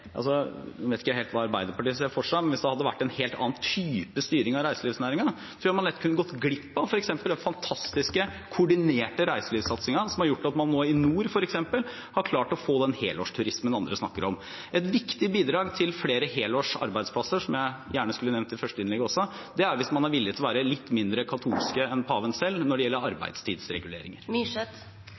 vet jeg ikke helt hva Arbeiderpartiet ser for seg – en helt annen type styring av reiselivsnæringen. Da tror jeg man lett kunne gått glipp av f.eks. den fantastiske, koordinerte reiselivssatsingen som har gjort at man f.eks. i nord nå har klart å få den helårsturismen andre snakker om. Et viktig bidrag til flere helårsarbeidsplasser, noe jeg også gjerne skulle nevnt i det første innlegget, er at man er villig til å være litt mindre katolske enn paven selv når det gjelder